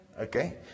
Okay